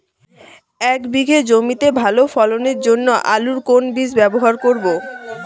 এক বিঘে জমিতে ভালো ফলনের জন্য আলুর কোন বীজ ব্যবহার করব?